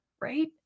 right